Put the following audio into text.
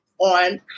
on